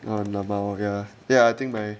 oh lmao ya ya I think my